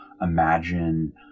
imagine